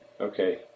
Okay